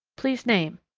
please name.